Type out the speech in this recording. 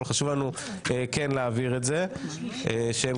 אבל חשוב לנו כן להבהיר את זה כדי שהיועצים